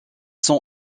sont